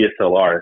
DSLR